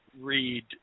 read –